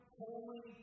holy